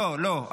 אני, לא, לא.